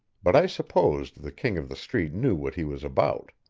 but i supposed the king of the street knew what he was about.